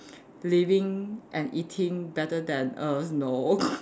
living and eating better than us no